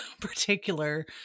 particular